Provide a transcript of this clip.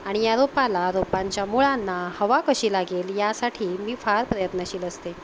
आणि या रोपाला रोपांच्या मुळांना हवा कशी लागेल यासाठी मी फार प्रयत्नशील असते